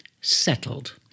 Settled